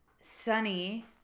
sunny